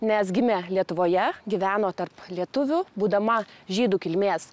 nes gimė lietuvoje gyveno tarp lietuvių būdama žydų kilmės